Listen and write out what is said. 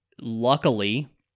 Luckily